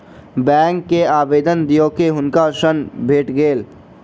bank के आवेदन दअ के हुनका ऋण भेट गेल